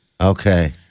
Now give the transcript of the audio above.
Okay